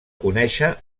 conèixer